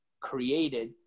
created